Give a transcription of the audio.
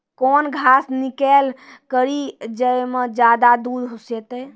कौन घास किनैल करिए ज मे ज्यादा दूध सेते?